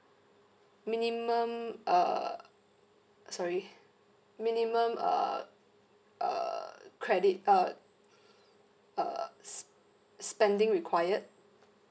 minimum uh sorry minimum uh uh credit uh uh s~ spending required